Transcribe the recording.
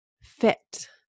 fit